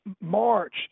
March